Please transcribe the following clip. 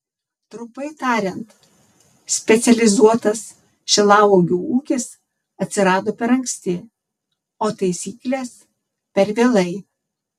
trumpai tariant specializuotas šilauogių ūkis atsirado per anksti o taisyklės per vėlai